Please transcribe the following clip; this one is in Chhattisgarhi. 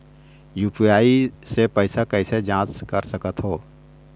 यू.पी.आई से पैसा कैसे जाँच कर सकत हो?